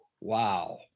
wow